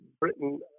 Britain